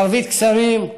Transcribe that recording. שרביט קסמים,